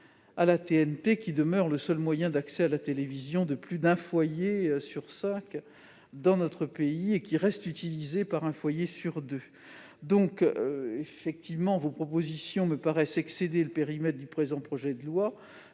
à la TNT, qui demeure le seul moyen d'accès à la télévision de plus d'un foyer sur cinq dans notre pays et qui reste utilisée par un foyer sur deux. Si vos propositions me paraissent excéder le périmètre du présent projet de loi,